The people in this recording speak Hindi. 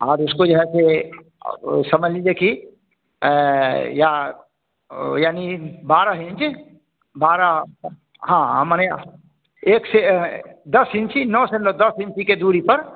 और उसको जो है सो समझ लीजिए कि या यानी बारह इंच बारह हाँ माने एक सो दस इंची नौ से नौ दस इंची की दूरी पर